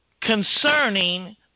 concerning